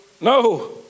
No